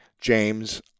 James